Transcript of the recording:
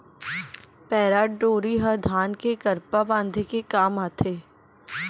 पैरा डोरी ह धान के करपा बांधे के काम आथे